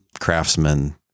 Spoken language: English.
craftsman